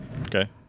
Okay